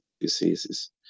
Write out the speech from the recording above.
diseases